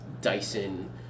Dyson